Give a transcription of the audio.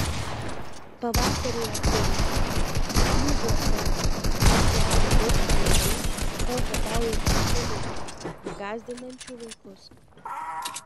pavasariui artėjant bliūdžiuose atsirado daug palaidų valkataujančių šunų gąsdinančių vaikus